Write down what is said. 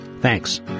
Thanks